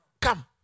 come